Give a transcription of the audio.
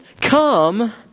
come